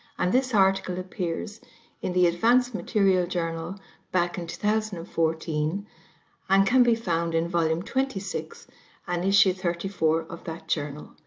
and this article appears in the advanced materials journal back in two thousand and fourteen and can be found in volume twenty six and issue thirty four of that journal.